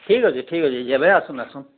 ଠିକ ଅଛି ଠିକ ଅଛି ଯେବେ ଆସନ୍ତୁ ଆସନ୍ତୁ